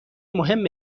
مهم